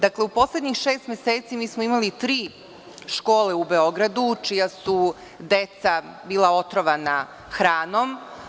Dakle, u poslednjih šest meseci imali smo tri škole u Beogradu čija su deca bila otrovana hranom.